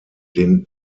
den